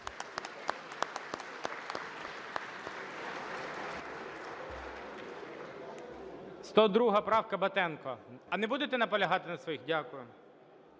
А не будете наполягати на своїх? Дякую.